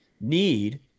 need